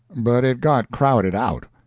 but it got crowded out.